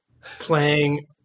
playing